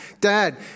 Dad